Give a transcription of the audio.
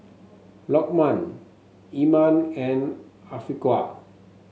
Lokman Iman and Afiqah